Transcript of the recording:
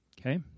okay